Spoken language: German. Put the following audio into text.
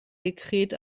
dekret